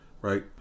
right